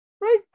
right